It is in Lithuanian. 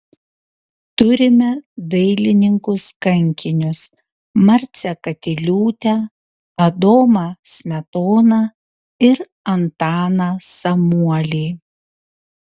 turime dailininkus kankinius marcę katiliūtę adomą smetoną ir antaną samuolį